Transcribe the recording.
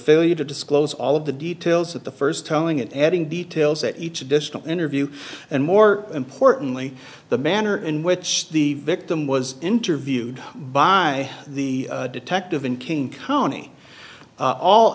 failure to disclose all of the details of the first telling it adding details that each additional interview and more importantly the manner in which the victim was interviewed by the detective in king county